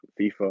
FIFA